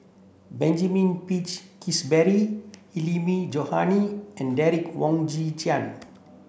Benjamin Peach Keasberry Hilmi Johandi and Derek Wong Zi